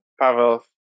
Pavel